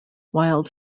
wild